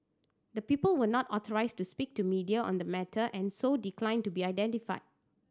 the people were not authorised to speak to media on the matter and so declined to be identified